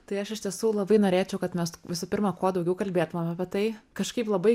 tai aš iš tiesų labai norėčiau kad mes visų pirma kuo daugiau kalbėtumėm apie tai kažkaip labai